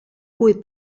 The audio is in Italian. cui